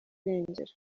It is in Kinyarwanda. irengero